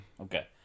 Okay